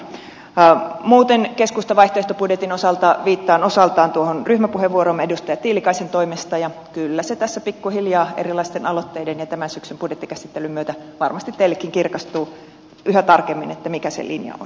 muuten keskustan vaihtoehtobudjetin osalta viittaan osaltaan tuohon ryhmäpuheenvuoroomme edustaja tiilikaisen toimesta ja kyllä se tässä pikkuhiljaa erilaisten aloitteiden ja tämän syksyn budjettikäsittelyn myötä varmasti teillekin kirkastuu yhä tarkemmin mikä se linja on